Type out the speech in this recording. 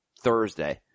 Thursday